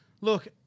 look